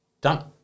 Done